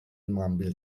mengambil